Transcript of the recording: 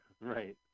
Right